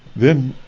then